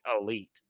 elite